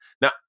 Now